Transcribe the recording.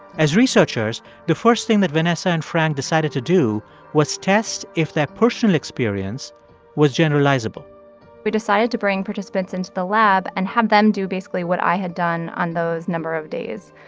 as researchers, the first thing that vanessa and frank decided to do was test if their personal experience was generalizable we decided to bring participants into the lab and have them do basically what i had done on those number of days.